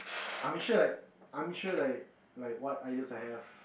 I'm sure like I'm sure like like what ideas I have